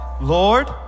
Lord